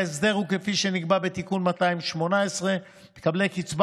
ההסדר הוא כפי שנקבע בתיקון 218: מקבלי קצבה